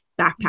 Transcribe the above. backpack